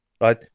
right